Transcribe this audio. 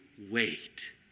wait